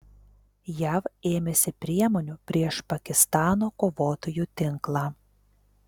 jav ėmėsi priemonių prieš pakistano kovotojų tinklą